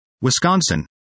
Wisconsin